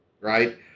Right